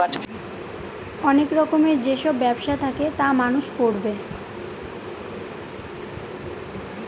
অনেক রকমের যেসব ব্যবসা থাকে তা মানুষ করবে